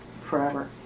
forever